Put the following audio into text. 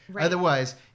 Otherwise